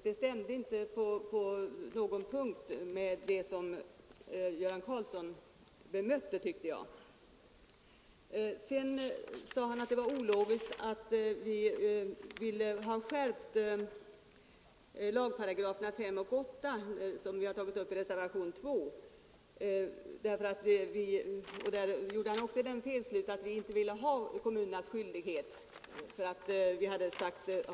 Det som herr Göran Karlsson anför i sitt bemötande stämde inte på någon punkt, tycker jag. Sedan berörde herr Göran Karlsson lagparagraferna 5 och 8, som vi har tagit upp i reservationen 2. Också där drog han en felaktig slutsats, nämligen att vi ville ha skyldigheten fastslagen för kommunerna att bedriva särskild förskoleverksamhet, därför att vi har